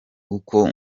uko